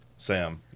Sam